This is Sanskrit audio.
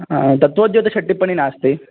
तत्वोद्योतषट्टिप्पणि नास्ति